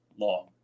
long